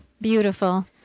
Beautiful